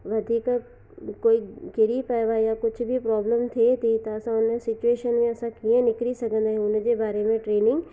वधीक कोई किरी पियो आहे या कुझु बि प्रॉब्लम थिए थी त असां हुन सिचवेशन में असां कीअं निकिरी सघंदा आहियूं हुनजे बारे में ट्रेनिंग